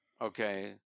Okay